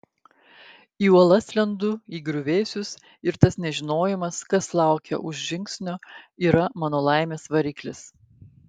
į uolas lendu į griuvėsius ir tas nežinojimas kas laukia už žingsnio yra mano laimės variklis